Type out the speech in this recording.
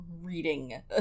reading